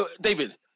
David